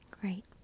Great